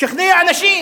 שכנע אנשים